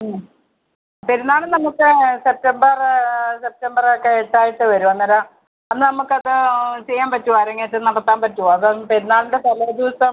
ആ പെരുന്നാള് നമുക്ക് സെപ്റ്റംബറ് സെപ്റ്റംബറൊക്കെ എട്ടായിട്ട് വരും അന്നേരം അന്ന് നമുക്കത് ചെയ്യാൻ പറ്റുമോ അരങ്ങേറ്റം നടത്താൻ പറ്റുമോ അത് പെരുന്നാളിൻ്റെ തലേ ദിവസം